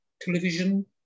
television